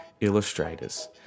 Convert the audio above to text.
illustrators